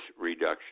reduction